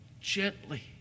gently